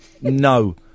no